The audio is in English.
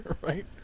Right